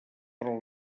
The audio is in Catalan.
però